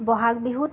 ব'হাগ বিহুত